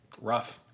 rough